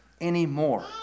anymore